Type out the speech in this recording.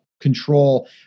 control